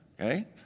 okay